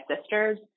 sisters